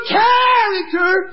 character